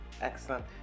Excellent